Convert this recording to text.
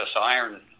iron